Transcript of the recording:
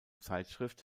zeitschrift